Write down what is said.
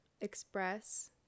express